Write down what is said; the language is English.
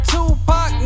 Tupac